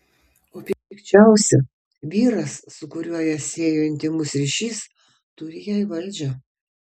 o pikčiausia vyras su kuriuo ją siejo intymus ryšys turi jai valdžią